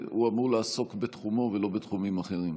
והוא אמור לעסוק בתחומו ולא בתחומים אחרים.